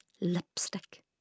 Lipstick